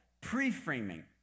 pre-framing